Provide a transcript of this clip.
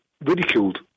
ridiculed